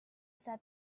said